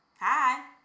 Hi